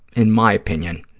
in my opinion,